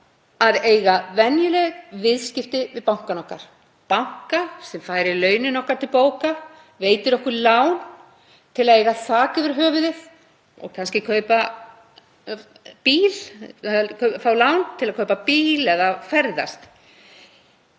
að eiga venjuleg viðskipti við bankann okkar, banka sem færir launin okkar til bókar, veitir okkur lán til að eiga þak yfir höfuðið og kannski fá lán til að kaupa bíl eða ferðast,